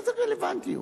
איזה רלוונטי.